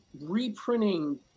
reprinting